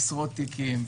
זה עשרות תיקים.